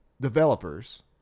developers